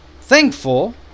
thankful